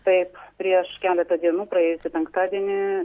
taip prieš keletą dienų praėjusį penktadienį